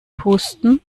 pusten